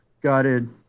gutted